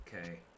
Okay